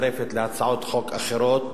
מצטרפת להצעות חוק אחרות